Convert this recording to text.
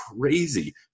crazy